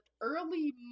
early